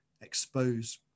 expose